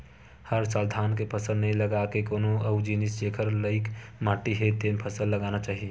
हर साल धान के फसल नइ लगा के कोनो अउ जिनिस जेखर लइक माटी हे तेन फसल लगाना चाही